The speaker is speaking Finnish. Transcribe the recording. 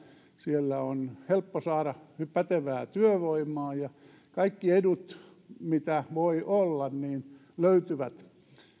siellä on helppo saada pätevää työvoimaa ja kaikki edut mitä voi olla löytyvät